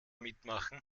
mitmachen